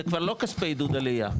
זה כבר לא כספי עידוד עלייה.